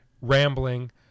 rambling